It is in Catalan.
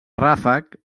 ràfec